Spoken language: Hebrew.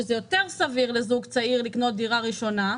וזה יותר סביר לזוג צעיר לקנות דירה ראשונה,